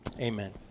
Amen